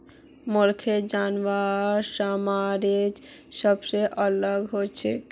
mollusc जानवरेर साम्राज्यत सबसे अलग हछेक